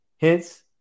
Hence